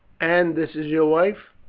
and this is your wife?